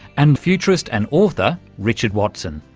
and futurist and author richard watson.